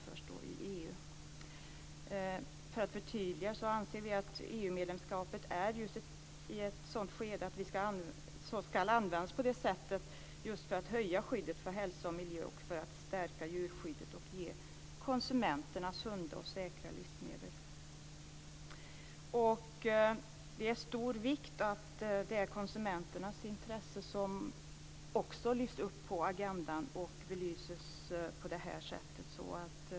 För att göra ett förtydligande anser vi att EU-medlemskapet är inne i ett skede som kan användas för att höja skyddet för hälsa och miljö, för att stärka djurskyddet och ge konsumenterna sunda och säkra livsmedel. Det är av stor vikt att konsumenternas intresse lyfts upp på agendan och belyses.